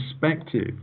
perspective